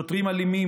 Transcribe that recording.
שוטרים אלימים,